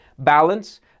Balance